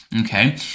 Okay